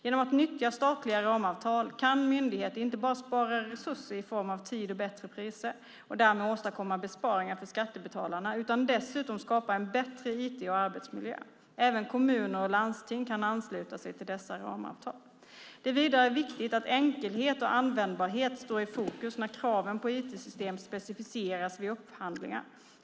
Genom att nyttja statliga ramavtal kan myndigheter inte bara spara resurser i form av tid och bättre priser och därmed åstadkomma besparingar för skattebetalarna utan dessutom skapa en bättre IT och arbetsmiljö. Även kommuner och landsting kan ansluta sig till dessa ramavtal. Det är vidare viktigt att enkelhet och användbarhet står i fokus när kraven på IT-system specificeras vid upphandlingar.